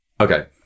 Okay